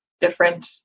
different